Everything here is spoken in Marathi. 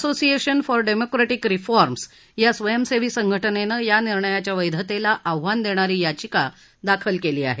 असोसिएशन फॉर डेमोक्रेटिक रिफॉर्मस या स्वयंसेवी संघटनेन या निर्णयाच्या वैधतेला आव्हान देणारी याचिका दाखल केली आहे